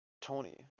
Tony